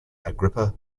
agrippa